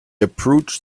approached